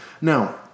Now